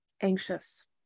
anxious